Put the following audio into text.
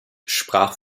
sprach